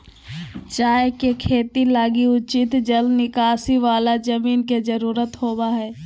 चाय के खेती लगी उचित जल निकासी वाला जमीन के जरूरत होबा हइ